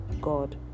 God